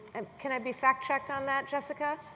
and can i be fact checked on that. jessica?